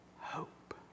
hope